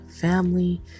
family